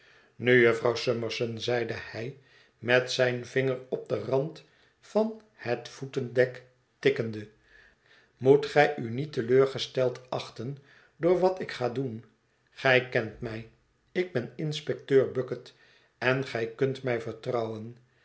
nu jufvrouw summerson zeide hij met zijn vinger op den rand van het voetendek tikkende moet gij u niet te leur gesteld achten door wat ik ga doen gij kent mij ik ben inspecteur bucket en gij kunt mij vertrouwen